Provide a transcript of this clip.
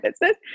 business